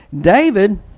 David